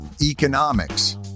economics